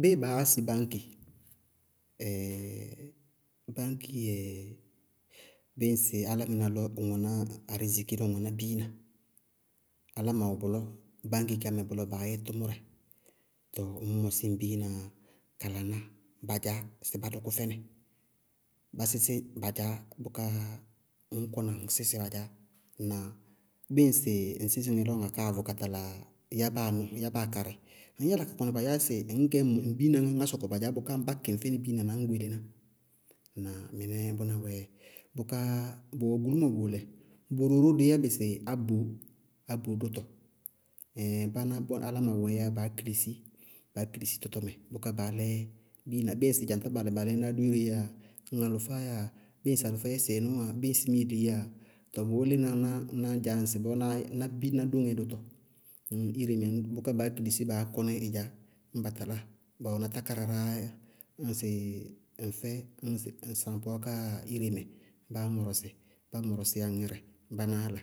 Béé baá yá sɩ báñki? báñkii dzɛ bɩɩ ŋsɩ álámɩná lɔ ŋwɛná ariziki lɔ ŋwɛná biina, áláma wɛ bʋlɔ, báñki ká mɛ bʋlɔ baá yɛ tʋmʋrɛ, tɔɔ ŋñ mɔsí ŋ biinaá yá ká laná sɩ bá dɔkʋ fɛnɩ, bá sísí ba dzaá bʋká ŋñ kɔna ŋñ sísɩ ba dzaá. Ŋnáa? Bɩɩ ŋsɩ ŋ sɩsɩ ŋɛ lɔ ŋa káa vʋ ká tala yábáa nɔɔ, yábáa ká rɩ, ŋñ yála ká kɔnɩ ba dzaá sɩ ŋñ gɛ ŋ biina ŋá, ŋá sɔkɔ badzaá bʋká bá kɩŋ fɛnɩ biina na ñ gbele ná. Ŋnáa? Mɩnɛɛ bʋná wɛɛ dzɛ. Bʋká bʋwɛ gulúmo bʋʋlɛ, bʋrʋ wɛ ró díí yá bɩ sɩ ábó, ábó dʋtɔ ɛɛin báná áláma wɛɛyá baá kilisi, baá kilisi tɔtɔmɛ bʋká baálɛ biina, bɩɩ ŋsɩ dzaŋtá baalɛ-baalɛɛ náá dʋ iréé yáa, bíɩ alʋfáá yáa, bíɩ alʋfásɛ sɩɩnʋʋ wáa, bíɩ miiliiyáa, tɔɔ bʋʋ lína ná dzá ŋsɩbɔɔ ná ŋ dóŋɛ dʋtɔ, ire mɛ bʋká baá kilisi baá kɔní ɩ dzaá, ñ ba taláa, ba wɛná tákáradá, ñŋsɩ ŋfɛ ŋsɩ saŋpʋwá káá yáa ire mɛ báá mɔrɔsɩ, bá ñŋ ɔrɔsíya ŋ ŋírɛ, bánáá la.